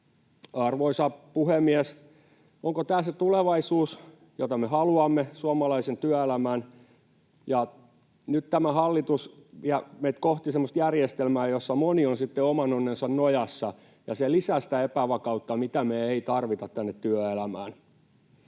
Arvoisa puhemies! Onko tämä se tulevaisuus, jota me haluamme suomalaiseen työelämään? Nyt tämä hallitus vie meitä kohti semmoista järjestelmää, jossa moni on sitten oman onnensa nojassa, ja se lisää sitä epävakautta, mitä me ei tarvita tänne työelämään.